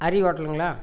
Hari ஓட்டலுங்களா